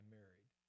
married